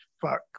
fuck